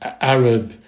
Arab